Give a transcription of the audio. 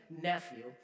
nephew